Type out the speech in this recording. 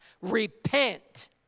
repent